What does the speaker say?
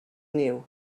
niu